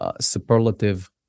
superlative